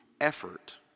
effort